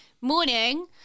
morning